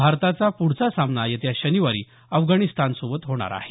भारताचा पुढचा सामना येत्या शनिवारी अफगाणिस्तानसोबत होणार आहे